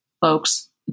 folks